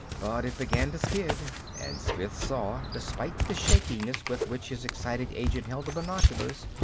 but it began to skid and smith saw, despite the shakiness with which his excited agent held the binoculars,